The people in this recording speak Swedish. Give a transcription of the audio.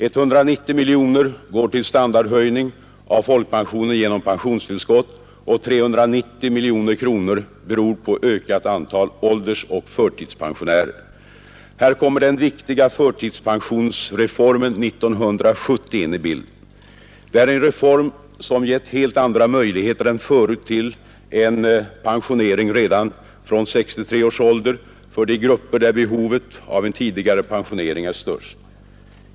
190 miljoner går till standardhöjning av folkpensionen genom pensionstillskott, och 390 miljoner kronor beror på ökat antal åldersoch förtidspensionärer. Här kommer den viktiga förtidspensionsreformen 1970 in i bilden. Det är en reform som gett helt andra möjligheter än förut till en pensionering redan från 63 års ålder för de grupper där behovet av en tidigare pensionering är störst.